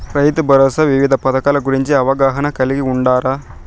రైతుభరోసా వివిధ పథకాల గురించి అవగాహన కలిగి వుండారా?